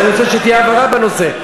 אז אני רוצה שתהיה הבהרה בנושא.